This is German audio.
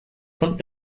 von